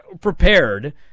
prepared